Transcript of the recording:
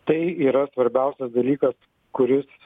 tai yra svarbiausias dalykas kuris